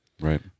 Right